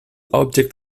object